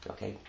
Okay